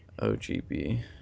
OGB